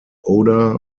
oda